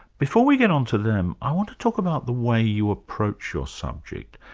before we get on to them, i want to talk about the way you approach your subject.